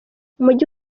umujyi